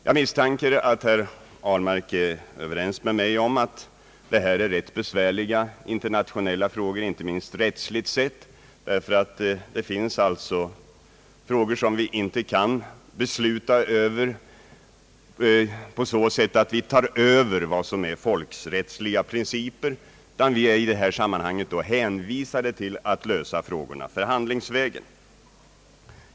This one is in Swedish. Jag misstänker att herr Ahlmark är överens med mig om att det här gäller ganska besvärliga internationella frågor inte minst rättsligt sett, därför att det ju finns frågor som vi inte kan besluta i på det sättet att vi tar över vad som är folkrättsliga principer, utan vi är i detta sammanhang hänvisade till att lösa dessa problem förhandlingsvägen.